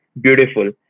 beautiful